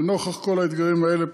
לנוכח כל האתגרים האלה,